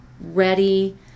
ready